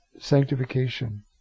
sanctification